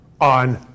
on